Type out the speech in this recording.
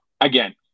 again